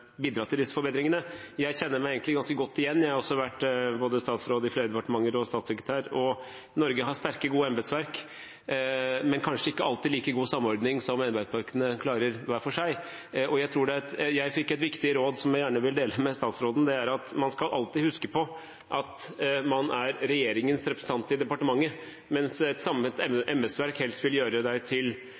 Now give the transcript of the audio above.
bidra til disse forbedringene. Jeg kjenner meg egentlig ganske godt igjen, jeg har vært både statsråd i flere departementer og statssekretær. Norge har sterke, gode embetsverk, men kanskje ikke alltid like god samordning som det embetsverkene klarer hver for seg. Jeg fikk et viktig råd som jeg gjerne vil dele med statsråden, og det er at man alltid skal huske på at man er regjeringens representant i departementet, mens et samlet embetsverk helst vil gjøre statsråden til